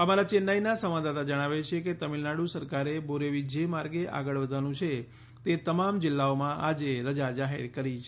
અમારા ચેન્નાઈના સંવાદદાતા જણાવે છે કે તામિલનાડુ સરકારે બુરેવી જે માર્ગે આગળ વધવાનું છે તે તમામ જિલ્લાઓમાં આજે રજા જાહેર કરી છે